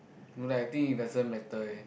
no like I think it doesn't matter eh